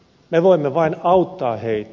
me voimme vain auttaa heitä